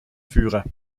führer